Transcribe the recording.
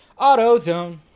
AutoZone